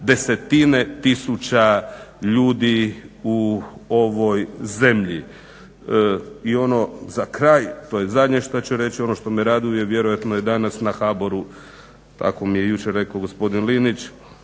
desetine tisuća ljudi u ovoj zemlji. I ono za kraj, to je zadnje što ću reći, ono što me raduje vjerojatno je danas na HBOR-u tako mi je jučer rekao gospodin Linić